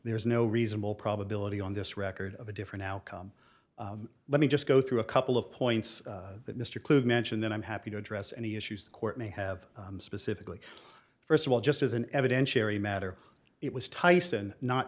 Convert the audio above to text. there's no reasonable probability on this record of a different outcome let me just go through a couple of points that mr kluge mentioned that i'm happy to address any issues the court may have specifically first of all just as an evidentiary matter it was tyson not